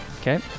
Okay